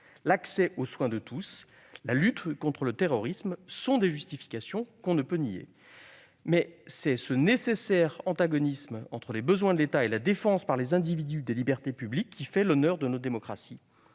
l'accès de tous aux soins, la lutte contre le terrorisme sont des justifications que l'on ne peut nier. Mais c'est ce nécessaire antagonisme entre les besoins de l'État et la défense par les individus des libertés publiques qui fait l'honneur de nos démocraties.